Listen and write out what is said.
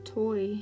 toy